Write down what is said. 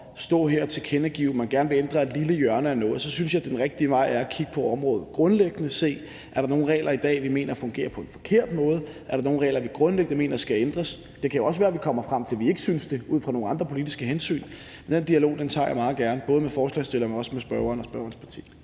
stå her og tilkendegive, at man gerne vil ændre et lille hjørne af noget, synes jeg den rigtige vej er at kigge på området grundlæggende set: Er der nogle regler i dag, vi mener fungerer på en forkert måde? Er der nogle regler, vi grundlæggende mener skal ændres? Det kan jo også være, vi kommer frem til, at vi ikke synes det, ud fra nogle andre politiske hensyn. Den dialog tager jeg meget gerne, både med forslagsstillerne, men også med spørgeren og spørgerens parti.